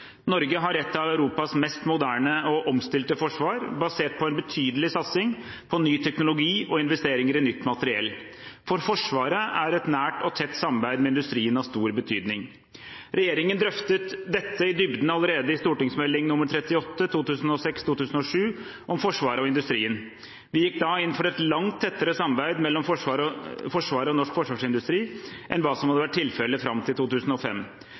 Norge. Norge har et av Europas mest moderne og omstilte forsvar, basert på en betydelig satsing på ny teknologi og investeringer i nytt materiell. For Forsvaret er et nært og tett samarbeid med industrien av stor betydning. Regjeringen drøftet dette i dybden allerede i St. meld. nr. 38 for 2006–2007 om Forsvaret og industrien. Vi gikk da inn for et langt tettere samarbeid mellom Forsvaret og norsk forsvarsindustri enn hva som hadde vært tilfellet fram til 2005.